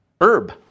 herb